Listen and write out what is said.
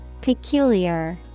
Peculiar